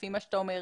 לפי מה שאתה אומר,